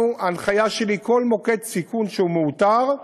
ההנחיה שלי היא שכל מוקד סיכון שמאותר,